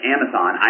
Amazon